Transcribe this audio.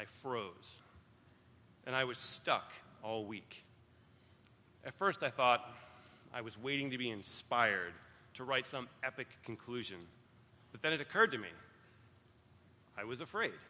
i froze and i was stuck all week at first i thought i was waiting to be inspired to write some epic conclusion but then it occurred to me i was afraid